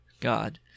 God